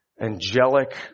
angelic